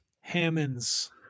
Hammonds